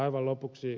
aivan lopuksi